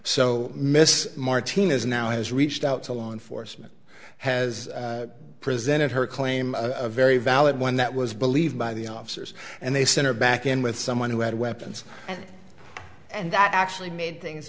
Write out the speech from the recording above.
so miss marteen is now has reached out to law enforcement has presented her claim a very valid one that was believed by the officers and they sent her back in with someone who had weapons and that actually made things